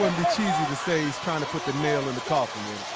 be cheesy to say he's trying to put the nail in the coffin.